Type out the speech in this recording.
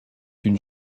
une